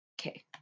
Okay